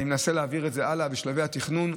אני מנסה להעביר את זה הלאה בשלבי התכנון,